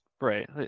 right